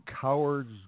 cowards